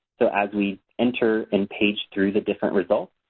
so as we enter and page through the different results,